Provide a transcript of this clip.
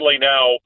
now